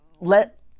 let